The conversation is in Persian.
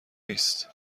نیست